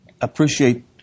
Appreciate